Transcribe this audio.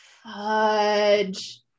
Fudge